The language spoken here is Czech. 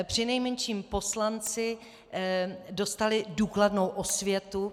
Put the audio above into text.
Přinejmenším poslanci dostali důkladnou osvětu.